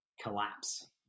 collapse